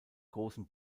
großen